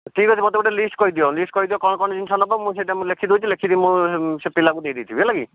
ଠିକ୍ ଅଛି ମୋତେ ଗୋଟିଏ ଲିଷ୍ଟ କହିଦିଅ ଲିଷ୍ଟ କହିଦିଅ କଣ କଣ ଜିନିଷ ନେବ ମୁଁ ସେହିଟା ଲେଖି ଦେଉଛି ଲେଖିକି ମୁଁ ସେ ପିଲାକୁ ଦେଇ ଦେଇଥିବି ହେଲା କି